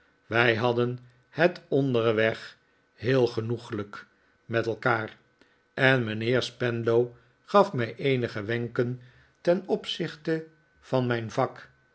wij hadden het onderweg heel genoeglijk met elkaar en mijnheer spenlow gaf mij eenige wenken ten opzichte van mijn vak